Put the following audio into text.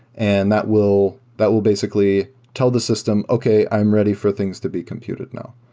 and that will that will basically tell the system, okay. i'm ready for things to be computed now.